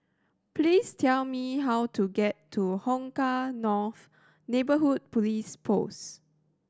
please tell me how to get to Hong Kah North Neighbourhood Police Post